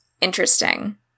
interesting